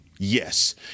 Yes